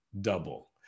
double